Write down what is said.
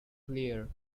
clear